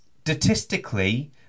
statistically